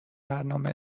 برنامه